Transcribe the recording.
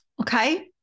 Okay